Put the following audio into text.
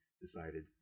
decided